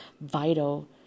vital